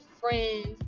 friends